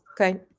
Okay